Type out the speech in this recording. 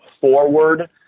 forward